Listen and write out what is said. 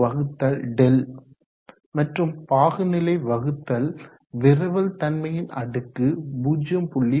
66υ δ மற்றும் பாகுநிலை வகுத்தல் விரவல் தன்மையின் அடுக்கு 0